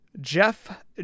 Jeff